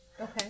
Okay